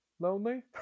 Lonely